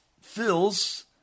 fills